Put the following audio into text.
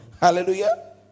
Hallelujah